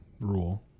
rule